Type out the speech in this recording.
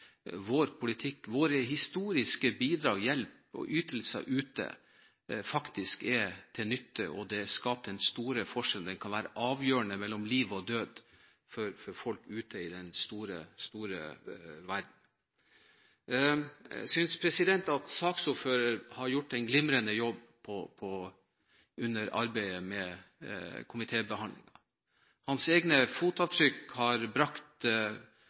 vår politikk, våre historiske bidrag, vår hjelp og våre ytelser ute faktisk er til nytte og skaper den store forskjellen. Det kan være avgjørende for liv og død for folk ute i den store verden. Jeg synes at saksordføreren har gjort en glimrende jobb med arbeidet under komitébehandlingen. Hans egne fotavtrykk har brakt